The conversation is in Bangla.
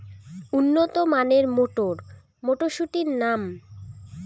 উন্নত মানের মটর মটরশুটির নাম?